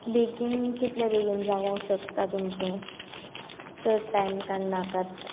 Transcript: बेगीन कितले बेगीन जावों शकता तुमचें चड टायम काडनाकात